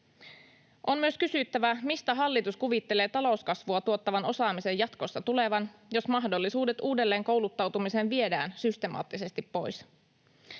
On myös kysyttävä, mistä hallitus kuvittelee talouskasvua tuottavan osaamisen jatkossa tulevan, jos mahdollisuudet uudelleenkouluttautumiseen viedään systemaattisesti pois.